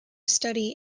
study